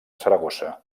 saragossa